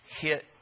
hit